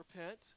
repent